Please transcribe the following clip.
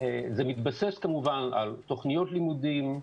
זה מתבסס כמובן על תכניות לימודים,